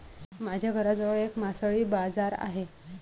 माझ्या घराजवळ एक मासळी बाजार आहे